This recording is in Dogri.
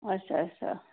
अच्छा अच्छा